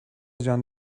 جان